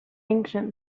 ancient